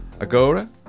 Agora